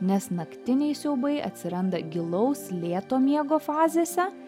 nes naktiniai siaubai atsiranda gilaus lėto miego fazėse